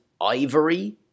ivory